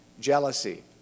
jealousy